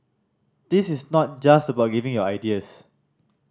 this is not just about giving your ideas